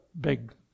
big